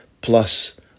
plus